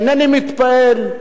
אינני מתפעל,